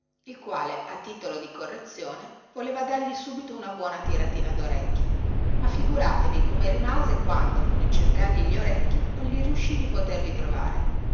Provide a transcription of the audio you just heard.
il quale a titolo di correzione voleva dargli subito una buona tiratina dorecchi ma figuratevi come rimase quando nel cercargli gli orecchi non gli riuscì di poterli trovare